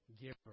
giver